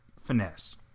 finesse